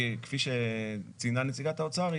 כפי שציינה נציגת האוצר,